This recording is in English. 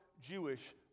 Jewish